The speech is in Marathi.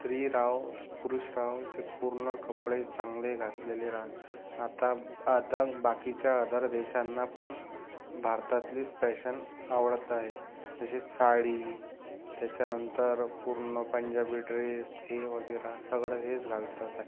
स्त्री राहो पुरुष राहोचे पूर्ण कपडे चांगले घातलेले राहो आता आता बाकीच्या अदर देशांना पण भारतातलीच पॅशन आवडत आहे जशी साडी त्याच्यानंतर पूर्ण पंजाबी ड्रेस हे वगैरे सगळे हेच घालतात आहेत